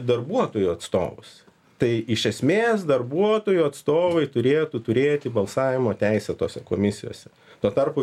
darbuotojų atstovus tai iš esmės darbuotojų atstovai turėtų turėti balsavimo teisę tose komisijose tuo tarpu